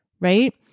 Right